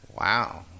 Wow